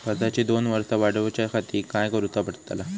कर्जाची दोन वर्सा वाढवच्याखाती काय करुचा पडताला?